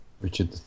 Richard